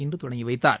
இன்றுதொடங்கிவைத்தார்